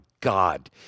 God